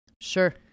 Sure